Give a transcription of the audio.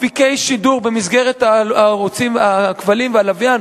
אפיקי שידור במסגרת הערוצים של הכבלים והלוויין,